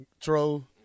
troll